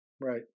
right